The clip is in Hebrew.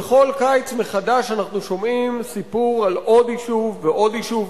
בכל קיץ מחדש אנחנו שומעים סיפור על עוד יישוב ועוד יישוב,